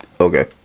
Okay